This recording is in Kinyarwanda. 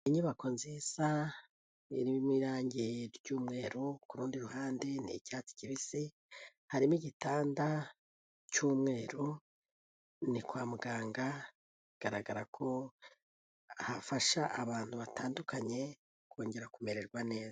Inyubako nziza irimo irangi ry'umweru, ku rundi ruhande ni icyatsi kibisi, harimo igitanda cy'umweru, ni kwa muganga bigaragara ko hafasha abantu batandukanye kongera kumererwa neza.